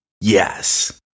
Yes